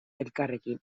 elkarrekin